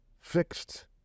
fixed